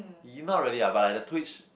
y~ not really ah but like the twitch